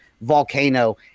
volcano